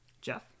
Jeff